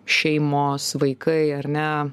šeimos vaikai ar ne